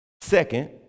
Second